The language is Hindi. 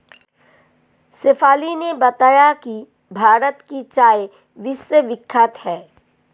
शेफाली ने बताया कि भारत की चाय विश्वविख्यात है